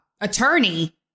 attorney